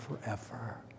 forever